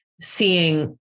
seeing